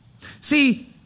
See